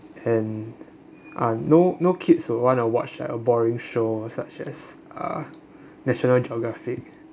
and uh no no kids would want to watch a boring show such as uh national geographic